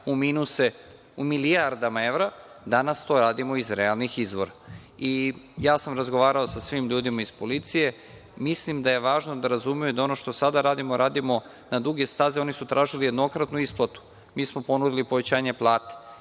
u milijardama evra, danas to radimo iz realnih izvora. Razgovarao sam sa svim ljudima iz policije, mislim da je važno da razumeju da ono što sada radimo, radimo na duge staze. Oni su tražili jednokratnu isplatu. Mi smo ponudili povećanje plate.